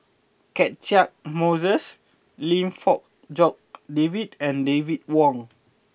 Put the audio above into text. Catchick Moses Lim Fong Jock David and David Wong